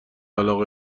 علاقه